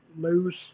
lose